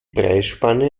preisspanne